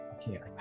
Okay